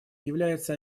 является